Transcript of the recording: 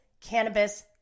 cannabis